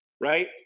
right